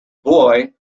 boy